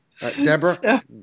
Deborah